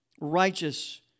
righteous